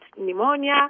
pneumonia